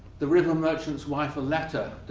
the rhythm merchant's wife a letter,